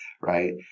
right